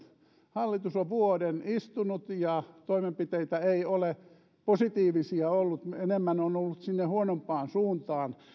hallitus on vuoden istunut ja positiivisia toimenpiteitä ei ole ollut enemmän ne ovat olleet sinne huonompaan suuntaan